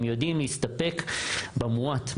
הם יודעים להסתפק במועט.